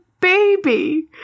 baby